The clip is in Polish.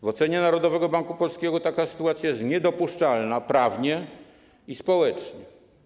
W ocenie Narodowego Banku Polskiego taka sytuacja jest niedopuszczalna prawnie i społecznie.